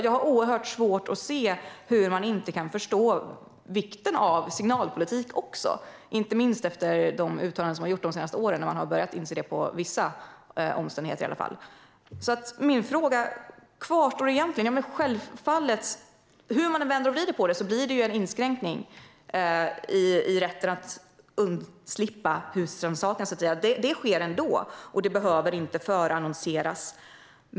Jag har oerhört svårt att se hur man inte kan förstå vikten av signalpolitik, inte minst efter de uttalanden som man gjort de senaste åren när man har börjat inse hur det är med vissa omständigheter i alla fall. Min fråga kvarstår egentligen. Hur man än vänder och vrider på det blir det en inskränkning i rätten att undslippa husrannsakan, så att säga. Det sker ändå, och det behöver inte förannonseras.